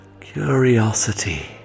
curiosity